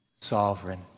sovereign